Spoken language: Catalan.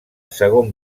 segon